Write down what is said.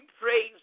praise